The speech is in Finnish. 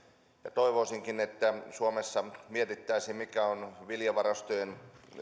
toivoisinkin että suomessa mietittäisiin mikä on viljavarastojen